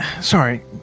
Sorry